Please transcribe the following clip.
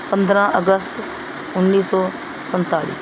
ਪੰਦਰਾਂ ਅਗਸਤ ਉੱਨੀ ਸੌ ਸੰਤਾਲੀ